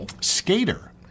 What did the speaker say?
skater